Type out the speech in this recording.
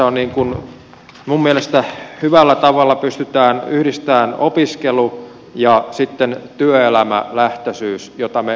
eli tässä minun mielestäni hyvällä tavalla pystytään yhdistämään opiskelu ja sitten työelämälähtöisyys jota me tarvitsemme